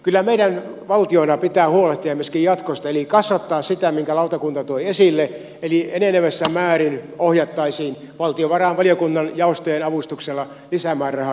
kyllä meidän valtiona pitää huolehtia myöskin jatkosta eli kasvattaa sitä minkä lautakunta toi esille eli enenevässä määrin ohjattaisiin valtiovarainvaliokunnan jaostojen avustuksella lisämäärärahaa tuleviin budjetteihin